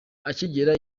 akigera